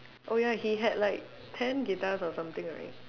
oh ya he had like ten guitars or something right